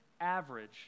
average